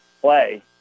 play